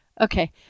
Okay